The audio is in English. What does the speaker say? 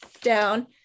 down